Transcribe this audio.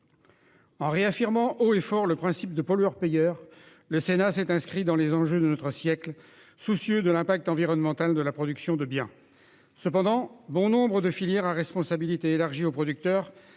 En réaffirmant haut et fort le principe du pollueur-payeur, le Sénat s'est inscrit dans les enjeux de notre siècle, soucieux de l'impact environnemental de la production de biens. Cependant, bon nombre de filières REP peinent encore à voir